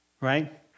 right